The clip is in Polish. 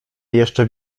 jeszcze